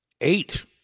eight